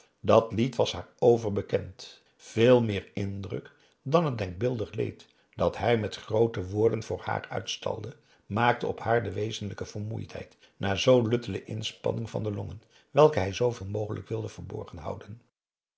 dat lied was haar overbekend veel meer indruk dan het denkbeeldig leed dat hij met groote woorden voor haar uitstalde maakte op haar de wezenlijke vermoeidheid na zoo luttele inspanning van de longen welke hij zooveel mogelijk wilde verborgen houden